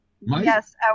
Yes